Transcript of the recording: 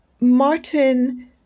Martin